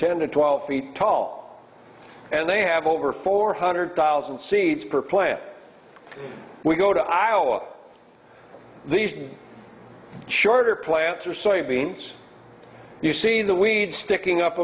ten to twelve feet tall and they have over four hundred thousand seeds per plant we go to iowa these shorter plants are soybeans you see the weed sticking up